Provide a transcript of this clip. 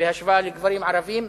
בהשוואה לגברים ערבים.